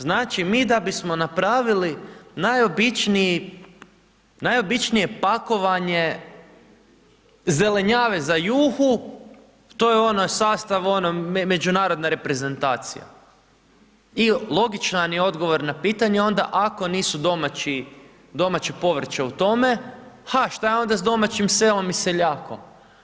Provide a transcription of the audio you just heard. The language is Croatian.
Znači, mi da bismo napravili najobičnije pakovanje zelenjave za juhu, to je ona, sastav ono međunarodna reprezentacija i logičan je odgovor na pitanje onda ako nisu domaće povrće u tome, ha, šta je onda s domaćim selom i seljakom?